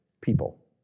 people